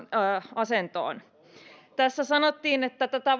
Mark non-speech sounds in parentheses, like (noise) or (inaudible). asentoon tässä sanottiin että tätä (unintelligible)